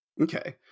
okay